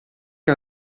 che